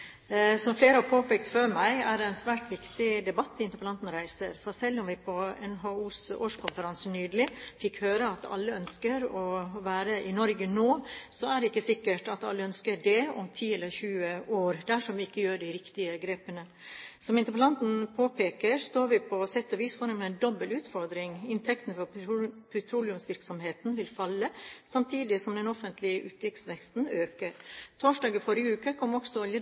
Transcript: reiser. Selv om vi på NHOs årskonferanse nylig fikk høre at «alle vil være Norge» nå, er det ikke sikkert at alle ønsker det om ti eller 20 år, dersom vi ikke gjør de riktige grepene. Som interpellanten påpeker, står vi på sett og vis foran en dobbel utfordring. Inntektene fra petroleumsvirksomheten vil falle samtidig som den offentlige utgiftsveksten vil øke. Torsdag i forrige uke kom også